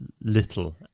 little